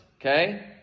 okay